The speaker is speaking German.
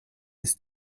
ist